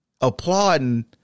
applauding